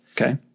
Okay